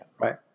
Right